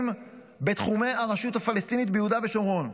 בתחומי הרשות הפלסטינית ביהודה ושומרון.